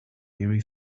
very